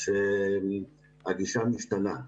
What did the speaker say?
שהגישה משתנה.